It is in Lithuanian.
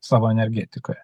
savo energetikoje